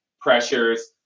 pressures